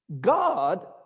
God